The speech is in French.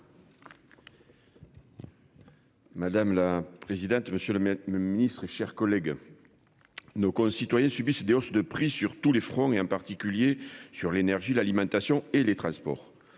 Madame la présidente, monsieur le ministre et chers collègues. Nos concitoyens subissent des hausses de prix sur tous les fronts et en particulier sur l'énergie, l'alimentation et les transports